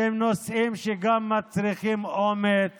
שהם נושאים שגם מצריכים אומץ